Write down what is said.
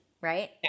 right